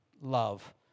love